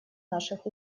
наших